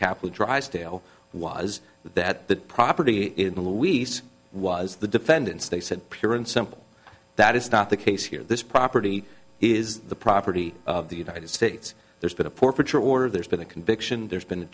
capital drysdale was that the property in the luis was the defendants they said pure and simple that is not the case here this property is the property of the united states there's been a poor preacher order there's been a conviction there's been a